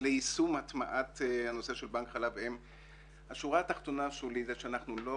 ליישום הטמעת הנושא של בנק חלב אם - שהשורה התחתונה היא שאנחנו לא